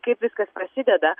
kaip viskas prasideda